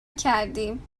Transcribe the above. کردیم